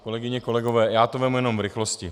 Kolegyně, kolegové, já to vezmu jenom v rychlosti.